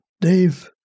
Dave